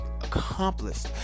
accomplished